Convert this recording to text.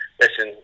Listen